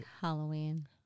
Halloween